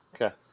Okay